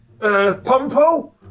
Pompo